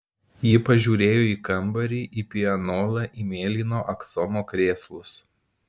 ji pažiūrėjo į kambarį į pianolą į mėlyno aksomo krėslus